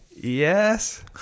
Yes